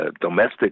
domestic